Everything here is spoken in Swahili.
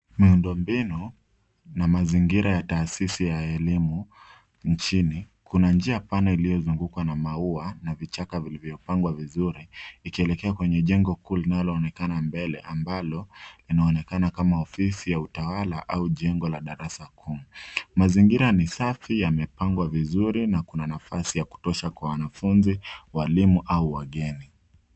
Miundo mbinu, na mazingira ya taasisi ya elimu nchini. Kuna njia pana iliyozungukwa na maua na vichaka vilivyopangwa vizuri ikielekea kwenye jengo kuu linaloonekana mbele ambalo inaonekana kama ofisi ya utawala au jengo la darasa kuu. Mazingira ni safi, yamepangwa vizuri na kuna nafasi ya kutosha kwa wanafunzi, walimu au wageni.